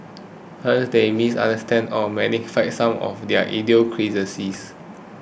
we misunderstand or magnify some of their idiosyncrasies